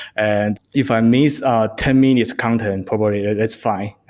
and if i miss ten minutes' content, and probably that's fine.